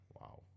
Wow